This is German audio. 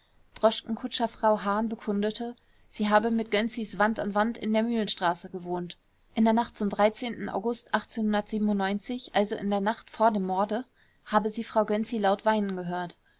droschkenkutscherfrau hahn bekundete sie habe mit gönczis wand an wand in der mühlenstraße gewohnt in der nacht zum august also in der nacht vor dem morde habe sie frau gönczi laut weinen gehört